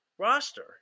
Roster